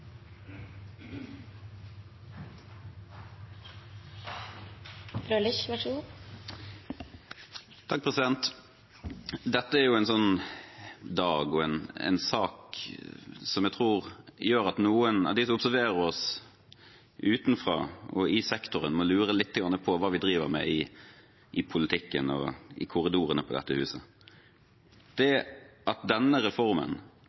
en sånn dag og en sak jeg tror gjør at noen av dem som observerer oss utenfra og i sektoren, må lure lite grann på hva vi driver med i politikken og i korridorene på dette huset. Det at denne reformen,